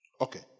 Okay